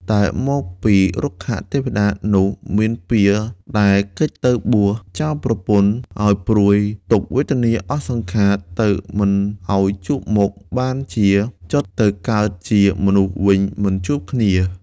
តែមកពីរុក្ខទេវតានោះមានពៀរដែលគេចទៅបួសចោលប្រពន្ធឱ្យព្រួយ ទុក្ខវេទនាអស់សង្ខារទៅមិនឱ្យជួបមុខ បានជាច្យុតទៅកើតជាមនុស្សវិញមិនជួបគ្នា ។